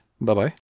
Bye-bye